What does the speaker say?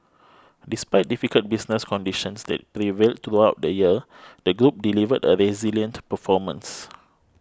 despite difficult business conditions that prevailed throughout the year the group delivered a resilient performance